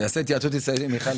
הוא יעשה התייעצות עם מיכל.